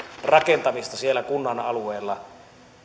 rakentamista siellä kunnan alueella